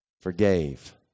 forgave